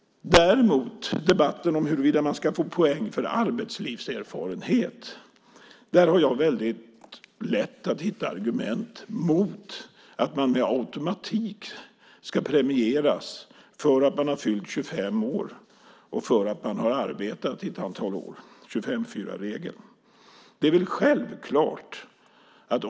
I debatten om huruvida man ska få poäng för arbetslivserfarenhet har jag däremot väldigt lätt att hitta argument mot att man med automatik ska premieras för att man har fyllt 25 år och har arbetet i ett antal år, 25:4-regeln.